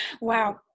Wow